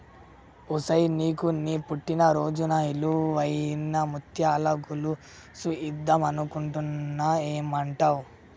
ఒసేయ్ నీకు నీ పుట్టిన రోజున ఇలువైన ముత్యాల గొలుసు ఇద్దం అనుకుంటున్న ఏమంటావ్